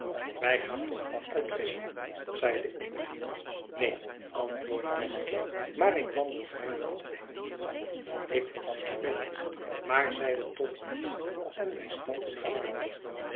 wij gaan toch niet uit visschen i zejde ik neen antwoordde wemmick maar ik wandel graag met een hengel ik vond dit vreemd maar zeide toch niets en wij stapten naar buiten